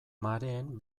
mareen